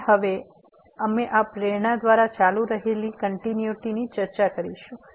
અને હવે અમે આ પ્રેરણા દ્વારા ચાલુ રહેલી કંટીન્યુઈટી ચર્ચા કરીશું